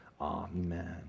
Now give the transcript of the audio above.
amen